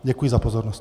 Děkuji za pozornost.